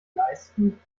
leisten